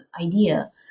idea